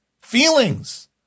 feelings